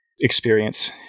experience